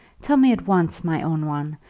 tell me at once, my own one.